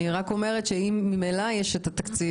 אני רק אומרת שאם גם ככה יש את התקציב